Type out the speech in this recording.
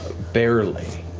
barely,